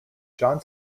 john